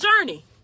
journey